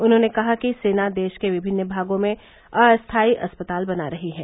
उन्होंने कहा कि सेना देश के विमिन्न भागों में अस्थायी अस्पताल बना रही है